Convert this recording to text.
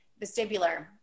vestibular